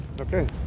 Okay